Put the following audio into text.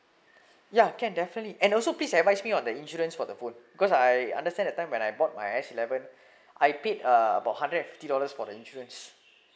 ya can definitely and also please advise me on the insurance for the phone because I understand that time when I brought my S eleven I paid uh about hundred and fifty dollars for the insurance